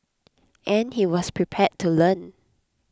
and he was prepared to learn